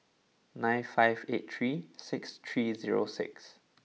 nine five eight three six three zero six